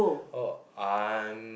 oh um